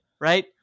Right